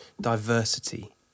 diversity